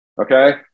okay